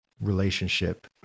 relationship